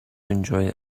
enjoy